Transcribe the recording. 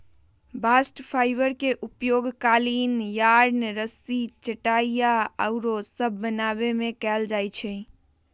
bast fibre के उपयोग कालीन, यार्न, रस्सी, चटाइया आउरो सभ बनाबे में कएल जाइ छइ